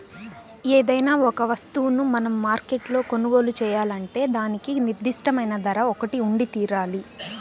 ఏదైనా ఒక వస్తువును మనం మార్కెట్లో కొనుగోలు చేయాలంటే దానికి నిర్దిష్టమైన ధర ఒకటి ఉండితీరాలి